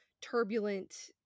turbulent